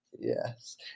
Yes